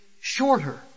shorter